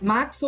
Max